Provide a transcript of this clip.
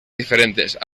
diferentes